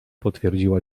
potwierdziła